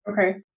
Okay